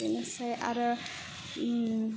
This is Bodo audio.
एसे आरो ओम